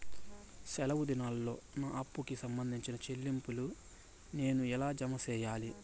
సెలవు దినాల్లో నా అప్పుకి సంబంధించిన చెల్లింపులు నేను ఎలా జామ సెయ్యాలి?